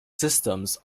systems